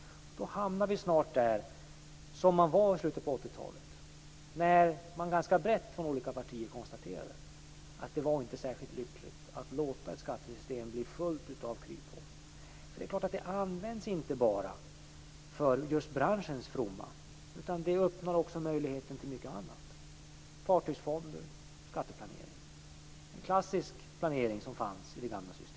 Då hamnar vi snart där man var i slutet på 80-talet, när man ganska brett från olika partier konstaterade att det inte var särskilt lyckligt att låta ett skattesystem bli fullt av kryphål. Det är klart att det inte används bara just till branschens fromma, utan det öppnar också möjligheter till mycket annat: fartygsfonder och skatteplanering. Det är en klassisk planering, som fanns i det gamla systemet.